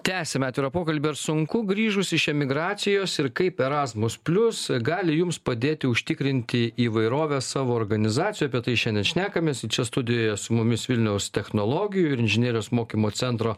tęsiam atvirą pokalbį ar sunku grįžus iš emigracijos ir kaip erasmus plius gali jums padėti užtikrinti įvairovę savo organizacijoj apie tai šiandien šnekamės čia studijoje su mumis vilniaus technologijų ir inžinerijos mokymo centro